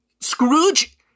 Scrooge